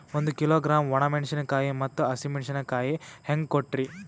ಒಂದ ಕಿಲೋಗ್ರಾಂ, ಒಣ ಮೇಣಶೀಕಾಯಿ ಮತ್ತ ಹಸಿ ಮೇಣಶೀಕಾಯಿ ಹೆಂಗ ಕೊಟ್ರಿ?